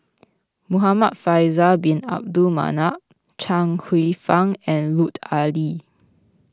Muhamad Faisal Bin Abdul Manap Chuang Hsueh Fang and Lut Ali